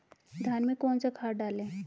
धान में कौन सा खाद डालें?